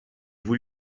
vous